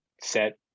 set